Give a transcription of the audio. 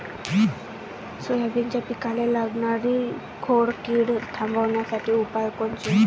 सोयाबीनच्या पिकाले लागनारी खोड किड थांबवासाठी उपाय कोनचे?